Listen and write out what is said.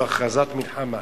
זו הכרזת מלחמה.